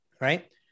right